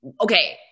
okay